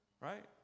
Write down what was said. right